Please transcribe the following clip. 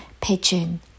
pigeon